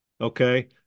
okay